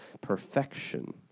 perfection